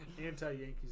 anti-Yankees